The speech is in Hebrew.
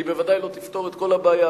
בוודאי לא תפתור את כל הבעיה,